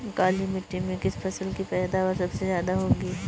काली मिट्टी में किस फसल की पैदावार सबसे ज्यादा होगी?